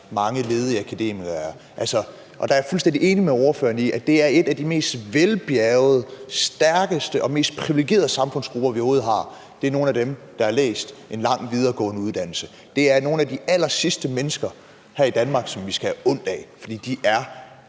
mange ledige akademikere er. Og jeg er fuldstændig enig med ordføreren i, at en af de mest velbjærgede, stærke og mest privilegerede samfundsgrupper, vi overhovedet har, er nogle af dem, der har læst en lang videregående uddannelse. Det er nogle af de allersidste mennesker her i Danmark, som vi skal have ondt af, fordi de er